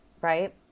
right